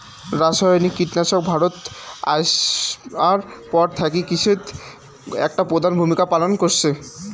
রাসায়নিক কীটনাশক ভারতত আইসার পর থাকি কৃষিত একটা প্রধান ভূমিকা পালন করসে